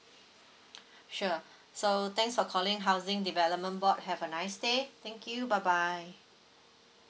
sure so thanks for calling housing development board have a nice day thank you bye bye